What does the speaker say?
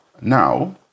now